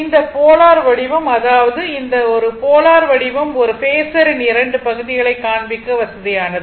இந்த போலார் வடிவம் அதாவது இந்த ஒரு போலார் வடிவம் ஒரு பேஸரின் 2 பகுதிகளைக் காண்பிக்க வசதியானது